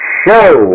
show